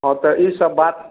हँ तऽ ई सब बात